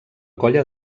colla